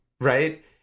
right